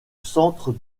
centre